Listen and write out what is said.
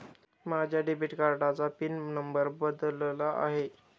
माझ्या डेबिट कार्डाचा PIN number बदलला आहे